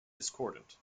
discordant